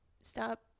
Stop